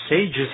sages